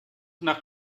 nach